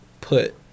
put